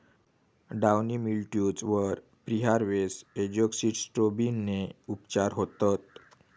downy mildews वर preharvest एजोक्सिस्ट्रोबिनने उपचार होतत